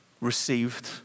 received